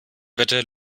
wetter